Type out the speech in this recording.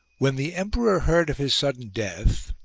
when the emperor heard of his sudden death,